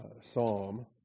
psalm